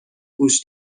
گوش